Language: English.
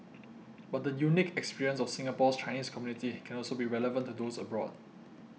but the unique experience of Singapore's Chinese community can also be relevant to those abroad